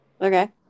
Okay